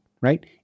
right